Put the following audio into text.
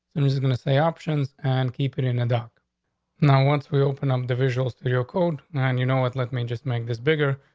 um gonna say options and keep it in and out. now, once we open up individuals to your code and you know what? let me just make this bigger,